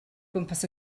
gwmpas